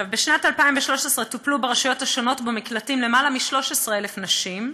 בשנת 2013 טופלו ברשויות השונות ובמקלטים למעלה מ-13,000 נשים,